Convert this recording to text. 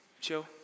chill